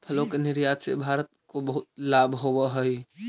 फलों के निर्यात से भारत को बहुत लाभ होवअ हई